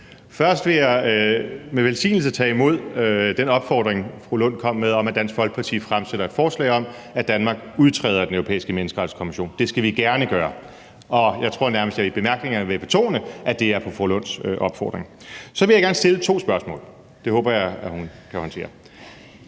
Først vil jeg med glæde tage imod den opfordring, fru Rosa Lund kom med, om, at Dansk Folkeparti fremsætter et forslag om, at Danmark udtræder af Den Europæiske Menneskerettighedskonvention – det skal vi gerne gøre. Og jeg tror nærmest, at jeg i bemærkningerne vil betone, at det er på fru Rosa Lunds opfordring. Så vil jeg gerne stille to spørgsmål – det håber jeg at hun kan håndtere.